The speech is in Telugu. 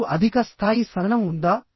మీకు అధిక స్థాయి సహనం ఉందా